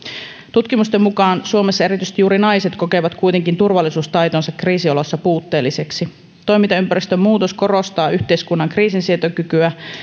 tutkimusten mukaan suomessa erityisesti juuri naiset kokevat kuitenkin turvallisuustaitonsa kriisioloissa puutteellisiksi toimintaympäristön muutos korostaa yhteiskunnan kriisinsietokykyä